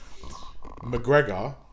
McGregor